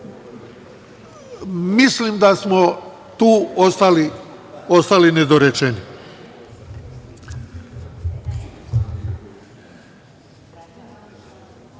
Mislim da smo tu ostali nedorečeni.